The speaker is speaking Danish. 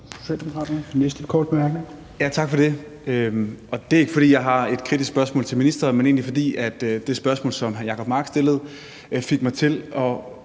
Tak for det. Det er ikke, fordi jeg har et kritisk spørgsmål til ministeren, men egentlig, fordi det spørgsmål, som hr. Jacob Mark stillede, fik mig til at